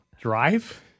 Drive